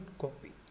copy